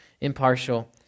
impartial